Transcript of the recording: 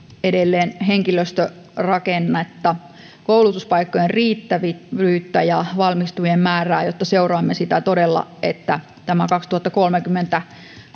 edelleen henkilöstörakennetta koulutuspaikkojen riittävyyttä ja valmistuvien määrää jotta seuraamme sitä todella että tämä kaksituhattakolmekymmentä